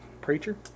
Preacher